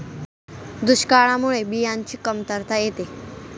दुष्काळामुळे बियाणांची कमतरता येते